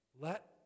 let